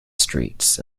streets